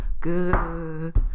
good